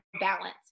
balance